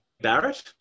Barrett